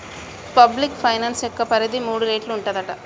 public finance యొక్క పరిధి మూడు రేట్లు ఉంటదట